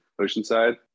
Oceanside